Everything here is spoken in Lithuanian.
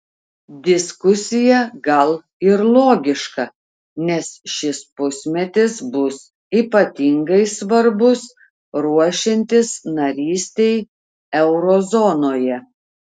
diskusija gal ir logiška nes šis pusmetis bus ypatingai svarbus ruošiantis narystei euro zonoje